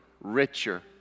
richer